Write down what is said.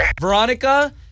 Veronica